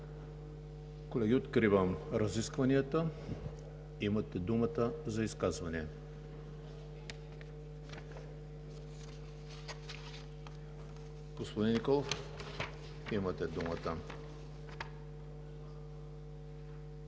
Колеги, откривам разискванията. Имате думата за изказвания. Господин Николов, имате думата.